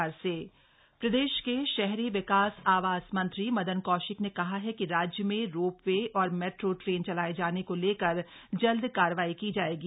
मदन कौशिक समीक्षा प्रदेश के शहरी विकास आवास मंत्री मदन कौशिक ने कहा हा कि राज्य में रोपवे और मप्रो ट्रेन चलाये जाने को लेकर जल्द कार्रवाई की जायेगी